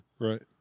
Right